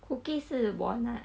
cookie 是 walnut